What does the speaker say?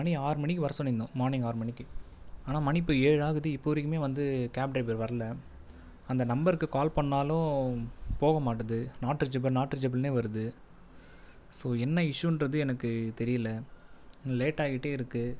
மணி ஆறு மணிக்கு வர சொல்லியிருந்தோம் மார்னிங் ஆறு மணிக்கு ஆனால் மணி இப்போ ஏழாகுது இப்போ வரைக்குமே வந்து கேப் டிரைவர் வரல அந்த நம்பருக்கு கால் பண்ணினாலும் போக மாட்டுது நாட் ரீச்சபிள் நாட் ரீச்சபிள்னே வருது ஸோ என்ன இஷ்யூன்றது எனக்கு தெரியல லேட் ஆகிட்டே இருக்குது